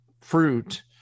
fruit